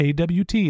AWT